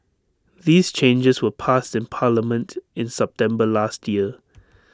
these changes were passed in parliament in September last year